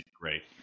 great